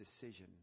decision